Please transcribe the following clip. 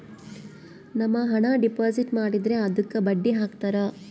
ನಮ್ ಹಣ ಡೆಪಾಸಿಟ್ ಮಾಡಿದ್ರ ಅದುಕ್ಕ ಬಡ್ಡಿ ಹಕ್ತರ